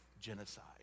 genocide